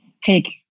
take